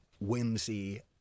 whimsy